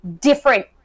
different